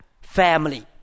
family